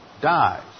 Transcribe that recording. dies